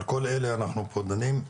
על כל אלה אנחנו פה דנים.